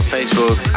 Facebook